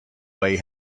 way